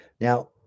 Now